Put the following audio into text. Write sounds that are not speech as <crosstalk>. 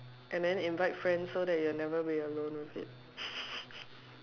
and then invite friends so that you will never be alone with it <laughs>